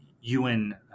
UN